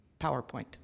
PowerPoint